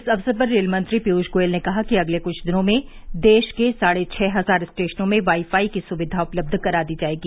इस अवसर पर रेलमंत्री पीयूष गोयल ने कहा कि अगले कुछ दिनों में देश के साढे छह हजार स्टेशनों में वाई फाई की सुविधा उपलब्ध करा दी जायेगी